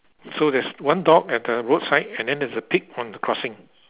so there's one dog at the roadside and then there's a pig on the crossing